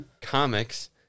comics